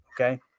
okay